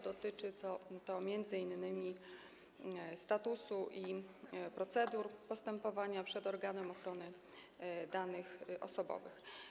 Dotyczy to m.in. statusu i procedur postępowania przed organem ochrony danych osobowych.